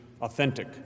Authentic